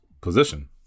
position